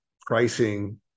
pricing